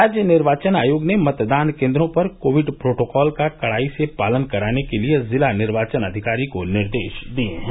राज्य निर्वाचन आयोग ने मतदान केंद्रों पर कोविड प्रोटोकॉल का कड़ाई से पालन कराने के लिए जिला निर्वाचन अधिकारी को निर्देश दिए हैं